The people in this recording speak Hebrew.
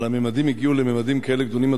אבל הממדים הגיעו לממדים כאלה גדולים,